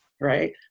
right